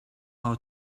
how